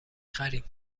خریم